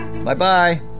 Bye-bye